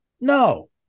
No